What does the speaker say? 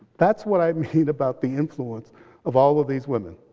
that's what i mean about the influence of all of these women.